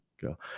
go